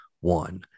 one